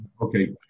Okay